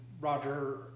Roger